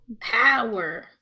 Power